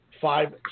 five